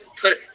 put